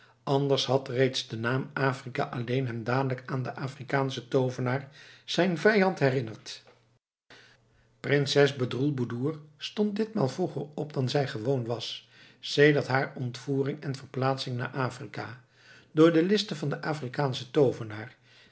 anders had reeds de naam afrika alleen hem dadelijk aan den afrikaanschen toovenaar zijn vijand herinnerd prinses bedroelboedoer stond ditmaal vroeger op dan zij gewoon was sedert haar ontvoering en verplaatsing naar afrika door de listen van den afrikaanschen toovenaar